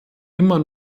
immer